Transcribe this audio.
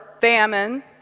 famine